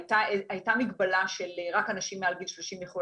הייתה מגבלה שרק אנשים מעל גיל 30 יוכלו